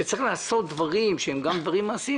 שצריך לעשות דברים שהם גם דברים מעשיים,